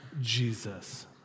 Jesus